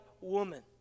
woman